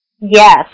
Yes